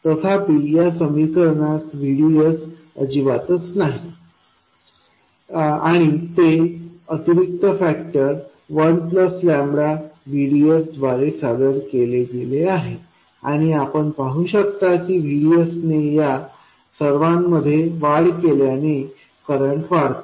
तथापि या समीकरणात VDSअजिबातच नाही आणि ते अतिरिक्त factor one plus lambda VDS द्वारे सादर केले गेले आहे आणि आपण पाहू शकता की VDSने या सर्वानमध्ये वाढ केल्याने करंट वाढते